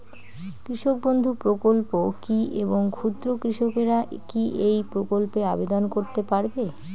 কৃষক বন্ধু প্রকল্প কী এবং ক্ষুদ্র কৃষকেরা কী এই প্রকল্পে আবেদন করতে পারবে?